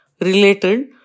related